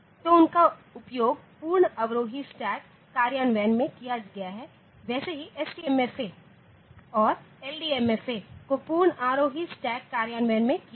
तो उनका उपयोग पूर्ण अवरोही स्टैक कार्यान्वयन मे किया गया है वैसे हि STMFA और LDMFA को पूर्ण आरोही स्टैक कार्यान्वयन में किया गया